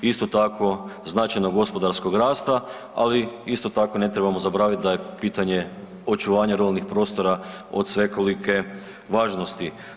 Isto tako značajnog gospodarskog rasta, ali isto tako ne trebamo zaboravit da je pitanje očuvanja ruralnih prostora od svekolike važnosti.